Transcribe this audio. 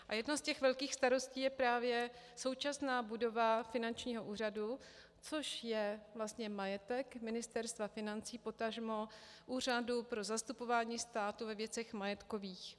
A jedna z těch velkých starostí je právě současná budova finančního úřadu, což je vlastně majetek Ministerstva financí, potažmo Úřadu pro zastupování státu ve věcech majetkových.